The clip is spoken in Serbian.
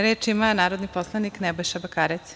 Reč ima narodni poslanik Nebojša Bakarec.